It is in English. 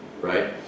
right